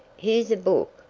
here's a book.